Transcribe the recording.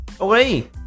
Okay